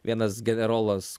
vienas generolas